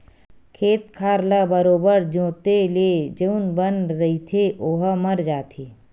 खेत खार ल बरोबर जोंते ले जउन बन रहिथे ओहा मर जाथे